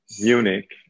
Munich